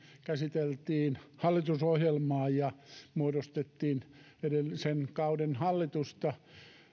käsiteltiin hallitusohjelmaa ja muodostettiin edellisen kauden hallitusta